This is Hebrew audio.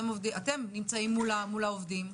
אתם נמצאים מול העובדים.